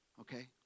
Okay